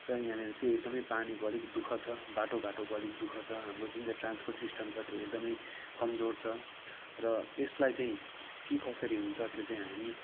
र यहाँनिर चाहिँ एकदमै पानीको अलिक दुःख छ बाटोघाटोको अलिक दुःख छ हाम्रो जुन चाहिँ ट्रान्सपोर्ट सिस्टम छ त्यो एकदमै कमजोर छ र यसलाई चाहिँ के कसरी हुन्छ त्यो चाहिँ हामी